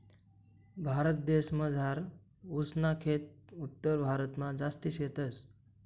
भारतदेसमझार ऊस ना खेत उत्तरभारतमा जास्ती शेतस